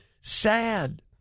sad